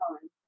time